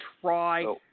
try